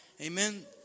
Amen